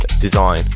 design